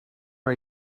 are